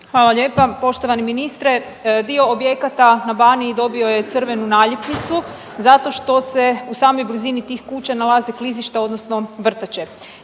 Hvala lijepa. Poštovani ministre, dio objekata na Baniji dobio je crvenu naljepnicu, zato što se u samoj blizini tih kuća nalaze klizišta odnosno vrtače.